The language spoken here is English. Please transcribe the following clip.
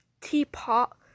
teapot